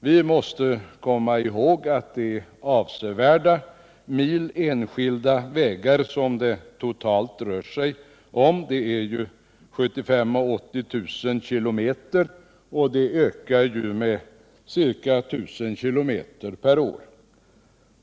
Vi måste komma ihåg att det är avsevärda mil enskilda vägar det totalt rör sig om, 75 000-80 000 km. De ökar med ca 1000 km per år.